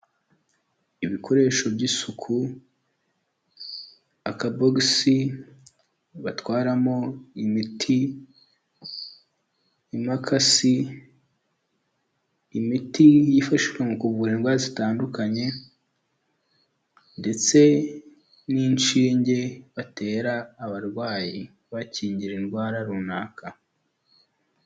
Ibikoresho by'isuku, akabogisi batwaramo imiti, impakasi, imiti yifashishwa mu kuvura indwara zitandukanye ndetse n'inshinge batera abarwayi bakingira indwara runaka.